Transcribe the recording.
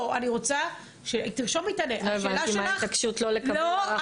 לא הבנתי מה ההתעקשות לא לקבל הערכת תקציב כוללת.